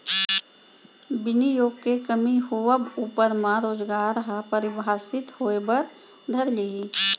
बिनियोग के कमी होवब ऊपर म रोजगार ह परभाबित होय बर धर लिही